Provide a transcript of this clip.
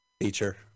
Feature